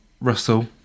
Russell